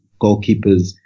goalkeepers